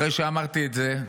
אחרי שאמרתי את זה,